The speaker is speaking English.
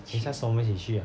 下次我们一起去啊